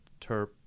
Terp